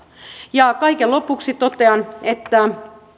ja kaiken lopuksi totean että